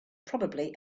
probably